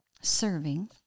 serving